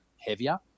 heavier